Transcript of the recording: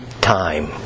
time